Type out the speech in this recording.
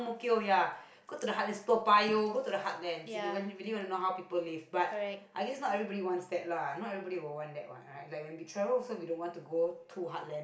ya correct